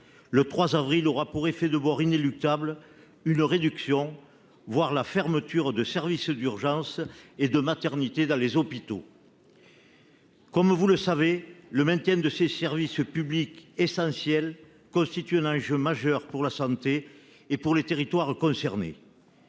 Le 3 avril aura pour effet de bord inéluctable une réduction, voire la fermeture de services d'urgences et de maternité dans les hôpitaux. Comme vous le savez, le maintien de ces services publics essentiels constituent un enjeu majeur pour la santé et pour les territoires concernés.